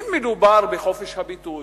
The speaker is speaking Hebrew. אם מדובר בחופש הביטוי,